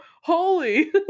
Holy